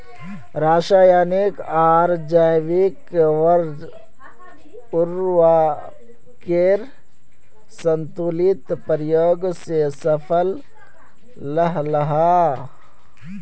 राशयानिक आर जैविक उर्वरकेर संतुलित प्रयोग से फसल लहलहा